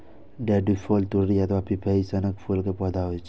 daffodil तुरही अथवा पिपही सनक फूल के पौधा होइ छै